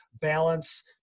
balance